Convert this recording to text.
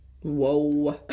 Whoa